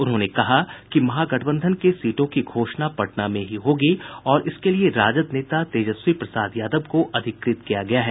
उन्होंने कहा कि महागठबंधन के सीटों की घोषणा पटना में ही होगी और इसके लिए राजद नेता तेजस्वी प्रसाद यादव को अधिकृत किया गया है